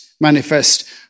manifest